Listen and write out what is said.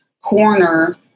corner